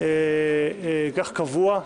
כך קבוע,